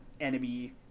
enemy